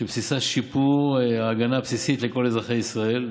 שבבסיסה שיפור ההגנה הבסיסית לכל אזרחי ישראל.